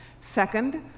Second